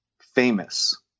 famous